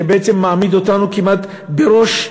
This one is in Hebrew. שבעצם מעמיד אותנו כמעט בראש,